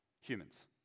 humans